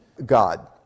God